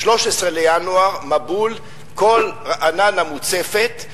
13 בינואר, מבול, כל רעננה מוצפת.